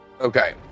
Okay